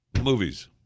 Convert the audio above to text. Movies